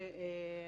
יעקבי